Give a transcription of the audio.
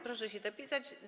Proszę się zapisać.